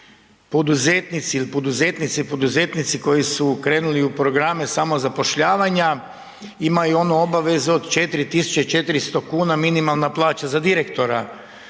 poduzetnici, ili poduzetnice i poduzetnici koji su krenuli u programe samozapošljavanja imaju onu obavezu od 4.400 kuna minimalna plaća za direktora